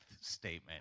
statement